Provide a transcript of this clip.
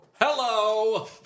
Hello